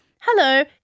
hello